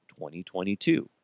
2022